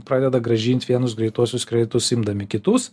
pradeda grąžint vienus greituosius kreditus imdami kitus